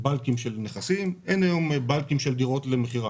בעיקר שקשורות לתשואות של קרנות הריט.